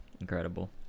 Incredible